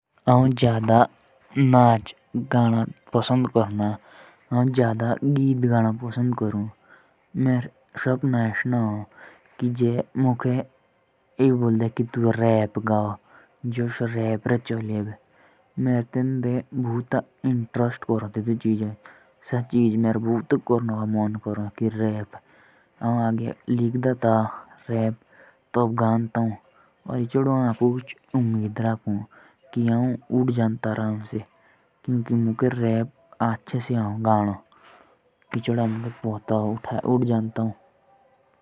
मुकें नाचणो से जादा गाणो पसंद ह। कई की मुकें जो एबे से रेप सॉन्ग रे छोले सेजे गाणो मुकें जादा पसंद हो। औऱ जे आऊं गाला लो मुकें अचो लागो।